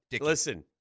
listen